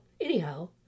anyhow